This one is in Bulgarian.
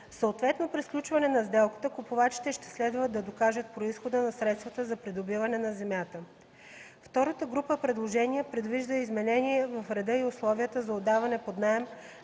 Съответно при сключване на сделката купувачите ще следва да докажат произхода на средствата за придобиване на земята. Втората група предложения предвиждат изменения в реда и условията за отдаване под наем